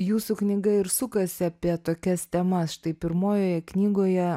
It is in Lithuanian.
jūsų knyga ir sukasi apie tokias temas štai pirmojoje knygoje